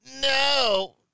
no